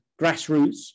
grassroots